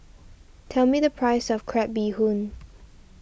tell me the price of Crab Bee Hoon